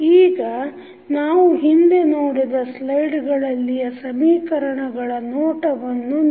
ಈಗ ನಾವು ಹಿಂದೆ ನೋಡಿದ ಸ್ಲೈಡ್ಗಳಲ್ಲಿಯ ಸಮೀಕರಣಗಳ ನೋಟವನ್ನು ನೋಡೋಣ